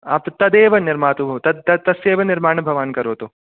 अस्तु तदेव निर्मातु तस्य एव निर्माणं भवान् करोतु